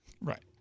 Right